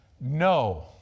No